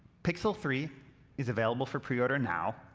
pixel three is available for pre-order now,